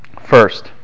first